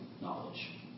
knowledge